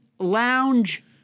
lounge